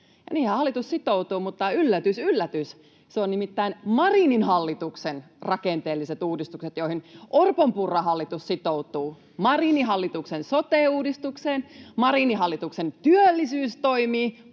niinhän hallitus sitoutuu, mutta yllätys yllätys, ne ovat nimittäin Marinin hallituksen rakenteelliset uudistukset, joihin Orpon—Purran hallitus sitoutuu: Marinin hallituksen sote-uudistukseen, Marinin hallituksen työllisyystoimiin,